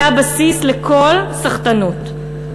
זה הבסיס לכל סחטנות.